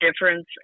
difference